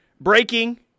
Breaking